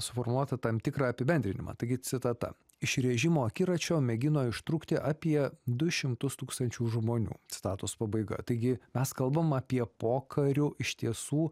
suformuotą tam tikrą apibendrinimą taigi citata iš režimo akiračio mėgino ištrūkti apie du šimtus tūkstančių žmonių citatos pabaiga taigi mes kalbam apie pokariu iš tiesų